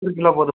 ஒரு கிலோ போதும்